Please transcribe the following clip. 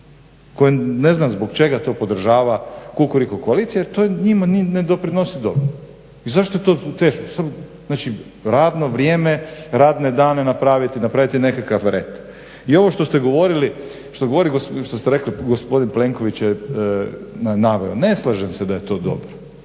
koji ne znam zbog čega to podržava Kukuriku koalicija jer to njima ne doprinosi dobro i zašto je to teško. Znači radno vrijemo, radne dane napraviti, napraviti nekakav red. I ovo što ste govorili, što ste rekli, gospodin Plenković je naveo, ne slažem se da je to dobro,